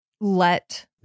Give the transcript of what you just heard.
let